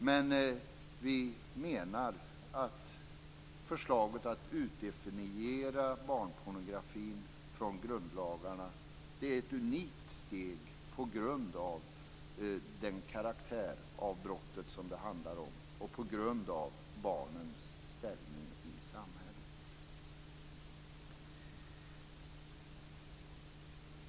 Men vi menar att förslaget att utdefiniera barnpornografin från grundlagarna är ett unikt steg på grund av den karaktär som brottet det handlar om har och på grund av barnens ställning i samhället.